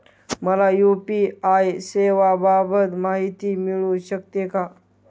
मला यू.पी.आय सेवांबाबत माहिती मिळू शकते का?